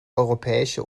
europäische